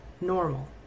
normal